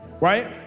right